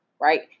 right